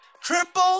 Triple